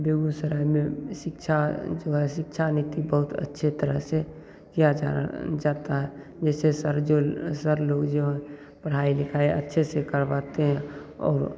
बेगूसराय में शिक्षा जो है शिक्षा नीति बहुत अच्छे तरह से किया जा रहा किया जाता है जैसे सर जो सर लोग जो पढ़ाई लिखाई अच्छे से करवाते हैं और